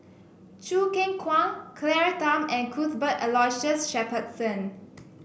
Choo Keng Kwang Claire Tham and Cuthbert Aloysius Shepherdson